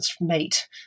mate